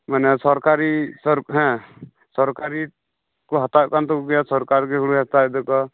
ᱢᱟᱱᱮ ᱥᱚᱨᱠᱟᱨᱤ ᱦᱮᱸ ᱥᱚᱨᱠᱟᱨᱤ ᱠᱚ ᱦᱟᱛᱟᱣᱮᱫ ᱠᱟᱱ ᱛᱟᱠᱚ ᱜᱮᱭᱟ ᱥᱚᱨᱠᱟᱨ ᱜᱮ ᱦᱩᱲᱩᱭ ᱦᱟᱛᱟᱣᱮᱫ ᱛᱟᱠᱚᱣᱟ